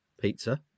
pizza